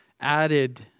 added